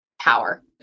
power